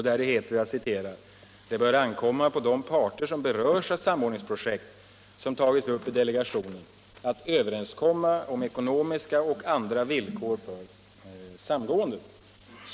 Där heter det: ”Det bör ankomma på de parter som berörs av samordningsprojekt som tagits upp i delegationen att överenskomma om ekonomiska och andra villkor för samgåendet.